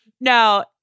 No